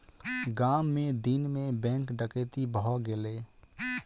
गाम मे दिन मे बैंक डकैती भ गेलै